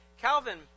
Calvin